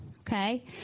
Okay